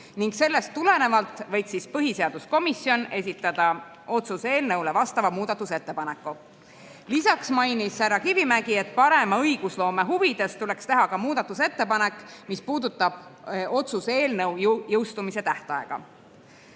ning sellest tulenevalt võib põhiseaduskomisjon esitada otsuse eelnõu kohta vastava muudatusettepaneku. Lisaks mainis härra Kivimägi, et parema õigusloome huvides tuleks teha ka muudatusettepanek, mis puudutab otsuse eelnõu jõustumise